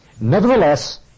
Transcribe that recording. Nevertheless